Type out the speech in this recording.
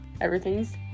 Everything's